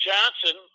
Johnson